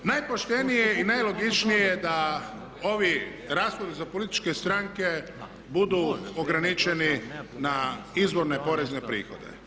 Najpoštenije i najlogičnije je da ovi rashodi za političke stranke budu ograničeni na izvorne porezne prihode.